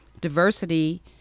diversity